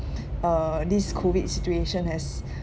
uh this COVID situation has